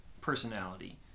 personality